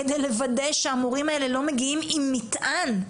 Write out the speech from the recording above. כדי לוודא שהמורים האלה לא מגיעים עם מטען.